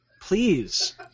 please